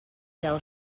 del